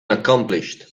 accomplished